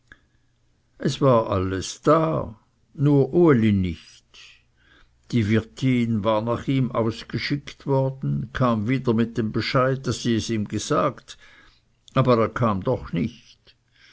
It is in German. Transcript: es war alles da nur uli nicht die wirtin war nach ihm ausgeschickt worden kam wieder mit dem bescheid daß sie es ihm gesagt aber er kam doch nicht